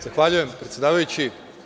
Zahvaljujem, predsedavajući.